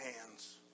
hands